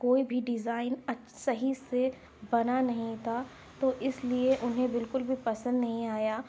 کوئی بھی ڈیزائن اچھ صحیح سے بنا نہیں تھا تو اس لیے انہیں بالکل بھی پسند نہیں آیا